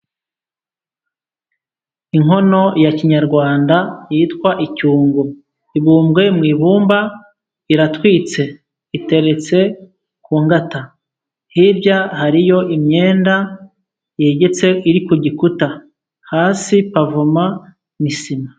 Inkono ya kinyarwanda yitwa icyungo ibumbwe mu ibumba, iratwitse iteretse ku ngata. Hirya hariyo imyenda yegetse iri ku gikuta, hasi pavoma ni sima.